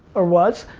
or was,